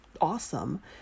awesome